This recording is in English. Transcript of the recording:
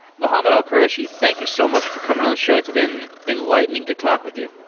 mohammed alquraishi, thank you so much for coming on the show. it's been enlightening to talk with you.